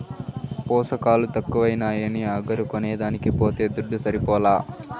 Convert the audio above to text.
పోసకాలు తక్కువైనాయని అగరు కొనేదానికి పోతే దుడ్డు సరిపోలా